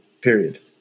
period